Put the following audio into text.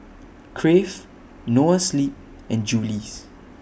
Crave Noa Sleep and Julie's